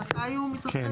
מתי הוא מתרחש?